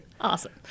Awesome